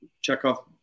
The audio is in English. Chekhov